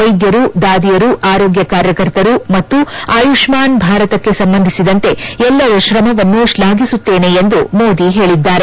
ವೈದ್ಯರು ದಾದಿಯರು ಆರೋಗ್ಯ ಕಾರ್ಯಕರ್ತರು ಮತ್ತು ಆಯುಷ್ಮಾನ್ ಭಾರತಕ್ಕೆ ಸಂಬಂಧಿಸಿದಂತೆ ಎಲ್ಲರ ಶ್ರಮವನ್ನು ಶ್ವಾಫಿಸುತ್ತೇನೆ ಎಂದು ಮೋದಿ ಹೇಳಿದ್ದಾರೆ